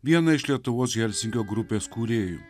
vieną iš lietuvos helsinkio grupės kūrėjų